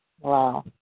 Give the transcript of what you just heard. Wow